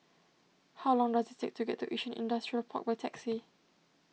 how long does it take to get to Yishun Industrial Park by taxi